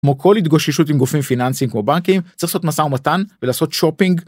כמו כל התגוששות עם גופים פיננסיים כמו בנקים צריך לעשות משא ומתן ולעשות שופינג.